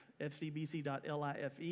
fcbc.life